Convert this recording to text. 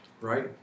Right